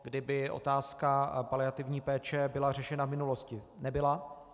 Kdyby otázka paliativní péče byla řešena v minulosti nebyla.